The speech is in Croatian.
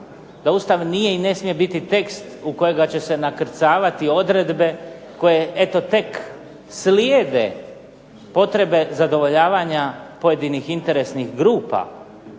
da Ustav nije i ne smije biti tekst u kojega će se nakrcavati odredbe koje eto tek slijede potrebe zadovoljavanja pojedinih interesnih grupa